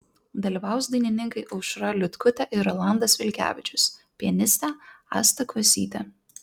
dalyvaus dainininkai aušra liutkutė ir rolandas vilkevičius pianistė asta kvasytė